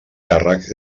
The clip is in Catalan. càrrecs